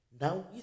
now